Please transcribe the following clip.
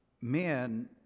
Men